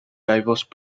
diverse